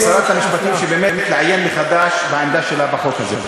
משרת המשפטים באמת לעיין מחדש בעמדה שלה בחוק הזה.